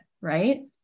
right